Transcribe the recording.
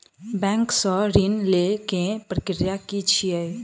Bank सऽ ऋण लेय केँ प्रक्रिया की छीयै?